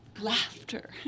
laughter